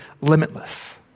limitless